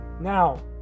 Now